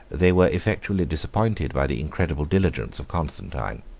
they were effectually disappointed by the incredible diligence of constantine.